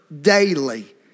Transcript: daily